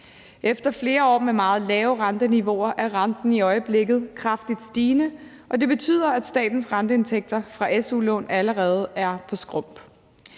Efter flere år med meget lave renteniveauer er renten i øjeblikket kraftigt stigende, og det betyder, at statens renteindtægter fra su-lån allerede er på skrump.